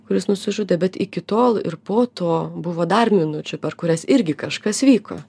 kuris nusižudė bet iki tol ir po to buvo dar minučių per kurias irgi kažkas vyko